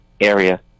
area